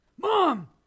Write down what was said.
mom